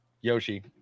Yoshi